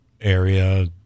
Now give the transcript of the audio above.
area